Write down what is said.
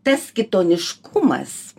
tas kitoniškumas